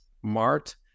smart